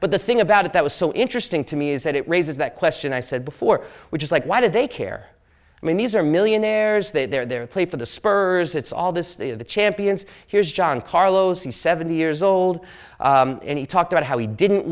but the thing about it that was so interesting to me is that it raises that question i said before which is like why do they care i mean these are millionaires that they're play for the spurs it's all this city of the champions here's john carlos he's seventy years old and he talked about how he didn't